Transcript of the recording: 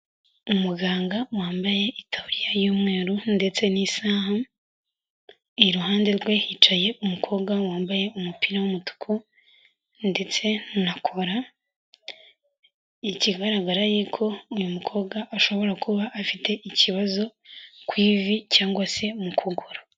Umuganga wambaye itaburiya y'umweru ndetse n'isaaha, iruhande rwe hicaye umukobwa wambaye umupira w'umutuku ndetse na kora, ikigaragara ni uko uyu mukobwa ashobora kuba afite ikibazo ku ivi cyangwa se mu kuguru.